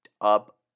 up